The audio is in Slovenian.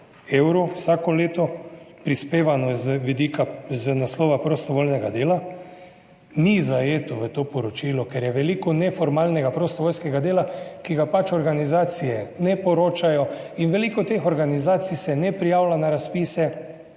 evrov vsako leto, prispevano z vidika, iz naslova prostovoljnega dela, ni zajeto v to poročilo, ker je veliko neformalnega prostovoljskega dela, ki ga pač organizacije ne poročajo in veliko teh organizacij se ne prijavlja na razpise,